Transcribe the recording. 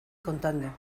contando